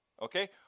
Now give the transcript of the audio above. Okay